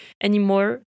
anymore